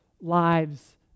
lives